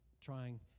trying